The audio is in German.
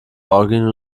orgien